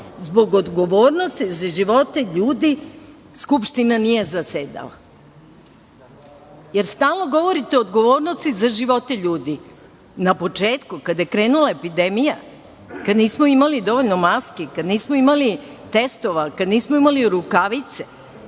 zbog odgovornosti za živote ljudi Skupština nije zasedala, jer stalno govorite o odgovornosti za živote ljudi. Na početku kada je krenula epidemija, kada nismo imali dovoljno maski, kada nismo imali testova, kada nismo imali rukavice,